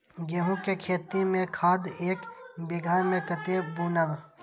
गेंहू के खेती में खाद ऐक बीघा में कते बुनब?